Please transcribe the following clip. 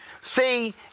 See